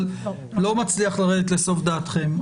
אבל לא מצליח לרדת לסוף דעתכם,